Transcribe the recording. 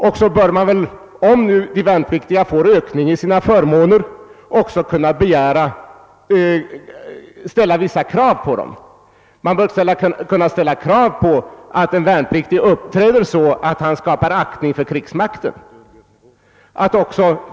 Och om de värnpliktiga får ökade förmåner bör man också kunna ställa vissa krav på dem, t.ex. att en värnpliktig uppträder så att han skapar aktning för krigsmakten.